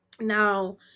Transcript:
Now